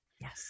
yes